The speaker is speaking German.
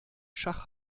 schach